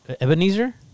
Ebenezer